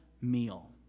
meal